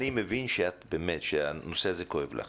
אני מבין שהנושא הזה כואב לך,